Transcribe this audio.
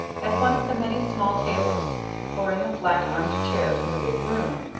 at one of the many small tables or in the flat-armed chairs in the big room,